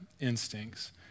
instincts